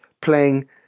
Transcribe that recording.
playing